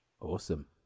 Awesome